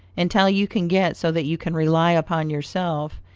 until you can get so that you can rely upon yourself,